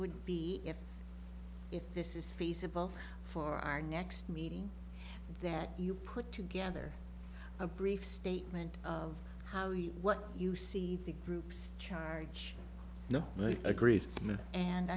would be if this is feasible for our next meeting that you put together a brief statement of how you what you see the groups charge no one agrees and